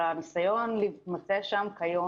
אבל הניסיון להתמצא שם כיום,